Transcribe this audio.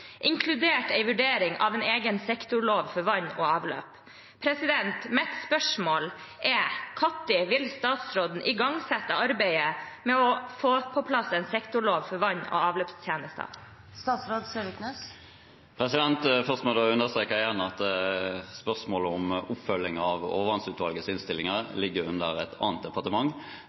inkludert en vurdering av en egen sektorlov for vann og avløp. Mitt spørsmål er: Når vil statsråden igangsette arbeidet med å få på plass en sektorlov for vann- og avløpstjenester? Først må jeg understreke igjen at spørsmålet om oppfølging av overvannsutvalgets innstilling ligger under et annet departement